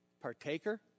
partaker